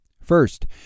first